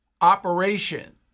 operation